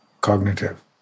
cognitive